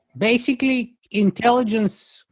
basically intelligence,